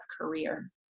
career